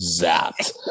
zapped